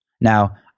Now